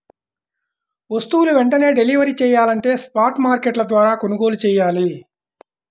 వస్తువులు వెంటనే డెలివరీ చెయ్యాలంటే స్పాట్ మార్కెట్ల ద్వారా కొనుగోలు చెయ్యాలి